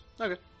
Okay